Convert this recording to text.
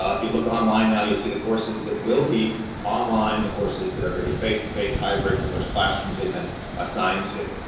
um if you look online now you'll see the courses that will be online, the courses that are going to be face to face hybrid and which classrooms they've been assigned to.